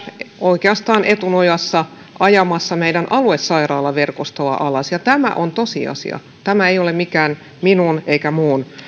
oikeastaan etunojassa ajamassa meidän aluesairaalaverkostoamme alas ja tämä on tosiasia tämä ei ole mikään minun eikä muun